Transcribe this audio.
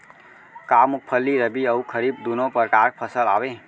का मूंगफली रबि अऊ खरीफ दूनो परकार फसल आवय?